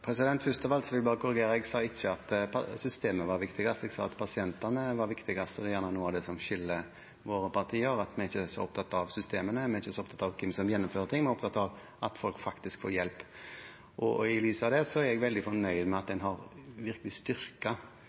vil jeg korrigere: Jeg sa ikke at systemet var viktigst. Jeg sa at pasientene var det viktigste, og det er gjerne noe av det som skiller våre partier. Vi er ikke så opptatt av systemene, vi er ikke så opptatt av hvem som gjennomfører ting. Vi er opptatt av at folk faktisk får hjelp. I lys av det er jeg veldig fornøyd med at en virkelig har styrket den kommunale delen av dette. En har